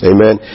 Amen